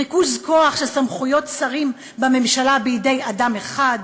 ריכוז כוח של סמכויות שרים בממשלה בידי אדם אחד,